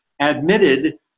admitted